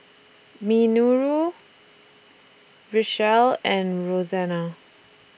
Minoru Richelle and Roxana